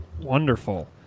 Wonderful